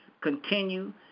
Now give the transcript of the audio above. Continue